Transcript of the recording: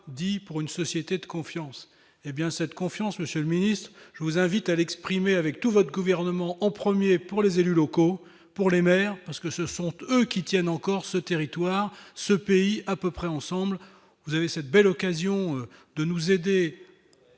dit pour une société de confiance, hé bien cette confiance, Monsieur le Ministre, je vous invite à l'exprimer avec tout votre gouvernement en 1er pour les élus locaux pour les mères, parce que ce sont eux qui tiennent encore ce territoire ce pays à peu près ensemble vous avez cette belle occasion de nous aider